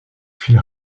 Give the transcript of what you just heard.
phil